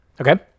Okay